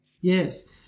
Yes